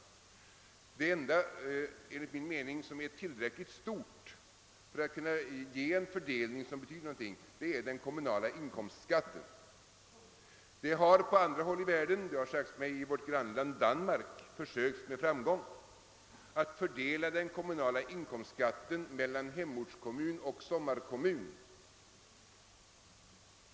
Det enda som enligt min mening skulle kunna betyda någonting är en fördelning av den kommunala inkomstskatten. Man har på andra håll i världen — i vårt grannland Danmark, har det sagts mig — med framgång försökt fördela den kommunala inkomstskatten mellan hemortskommun och sommarkommun.